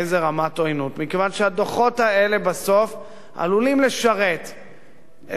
כי הדוחות הללו בסוף עלולים לשרת את מבקשי רעתנו